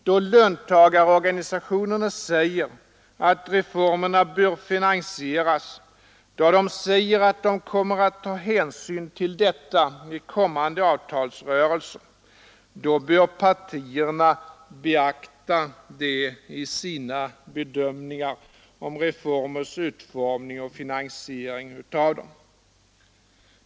Då löntagarorganisationerna säger att reformerna bör finansieras, då de säger att de kommer att ta hänsyn till detta vid kommande avtalsrörelser, då bör partierna beakta det i sina bedömningar om reformernas utformning och finansieringen av dem.